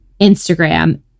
Instagram